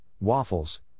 waffles